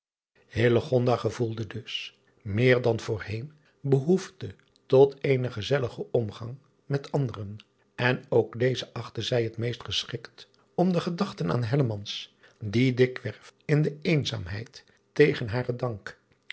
gevoelde dus meer dan voorheen behoefte tot eenen gezelligen omgang met anderen en ook deze achtte zij het meest geschikt om de gedachten aan die dikwerf in de eenzaamheid tegen haren dank